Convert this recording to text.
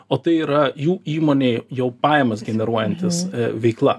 o tai yra jų įmonėj jau pajamas generuojantis veikla